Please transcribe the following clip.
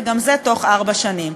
וגם זה בתוך ארבע שנים.